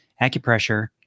acupressure